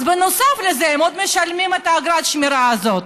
אז נוסף על זה הם עוד משלמים את אגרת השמירה הזאת.